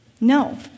No